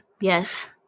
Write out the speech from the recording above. Yes